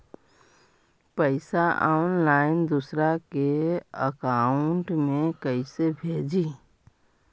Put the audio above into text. पैसा ऑनलाइन दूसरा के अकाउंट में कैसे भेजी?